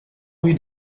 rue